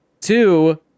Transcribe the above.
Two